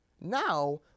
now